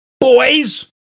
Boys